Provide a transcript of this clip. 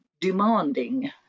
demanding